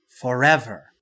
forever